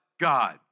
God